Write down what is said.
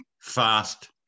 fast